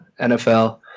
NFL